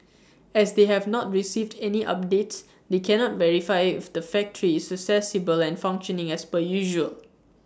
as they have not received any updates they cannot verify if the factory is accessible and functioning as per usual